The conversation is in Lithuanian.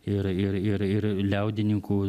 ir ir ir liaudininkų